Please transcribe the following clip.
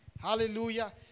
Hallelujah